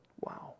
wow